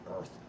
earth